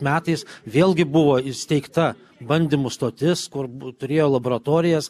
metais vėlgi buvo įsteigta bandymų stotis kur turėjo laboratorijas